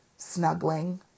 snuggling